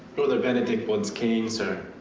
brother benedict wants kane, sir.